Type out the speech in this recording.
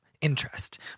interest